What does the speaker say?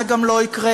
זה גם לא יקרה,